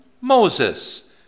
Moses